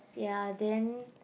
ya then